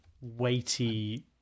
weighty